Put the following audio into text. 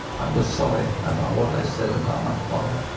i was sorry about what i said about my father.